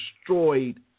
destroyed